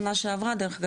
שנה שעברה דרך אגב,